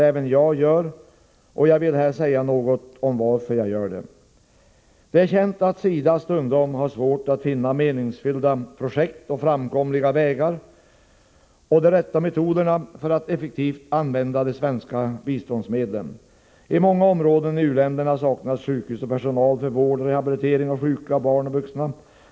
Även jag gör det, och jag vill här säga något om varför jag gör det. Det är känt att SIDA stundom har svårt att finna meningsfyllda projekt, framkomliga vägar och de rätta metoderna för att effektivt använda de svenska biståndsmedlen. I många områden i u-länderna saknas sjukhus och personal för vård och rehabilitering av sjuka, barn och vuxna.